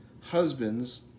Husbands